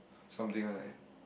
something only